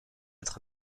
être